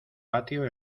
patio